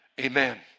Amen